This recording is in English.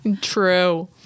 true